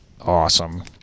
Awesome